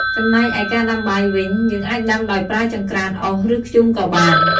ចំណែកឯការដាំបាយវិញ យើងអាចដាំដោយប្រើចង្ក្រានអុស ឬ ធ្យូងក៏បាន។